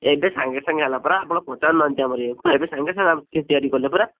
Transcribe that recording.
ଏବେ ସାଙ୍ଗେ ସାଙ୍ଗେ ହେଲା ପରା ଆପଣ ପଚାରୁ ନାହାଁନ୍ତି ଆମର ଇଏକୁ ଏବେ ସାଙ୍ଗେ ସାଙ୍ଗେ ସେ ତିଆରି କଲେ ପରା